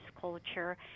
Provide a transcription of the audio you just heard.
culture